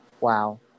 Wow